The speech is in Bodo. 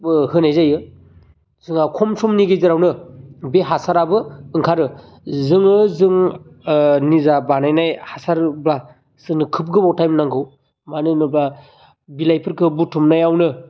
होनाय जायो जोंहा खम समनि गेजेरावनो बे हासाराबो ओंखारो जोङो जों निजा बानायनाय हासारब्ला जोंनो खोब गोबाव टाइम नांगौ मानोहोनोब्ला बिलाइफोरखो बुथुमनायावनो